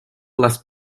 less